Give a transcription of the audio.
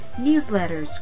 newsletters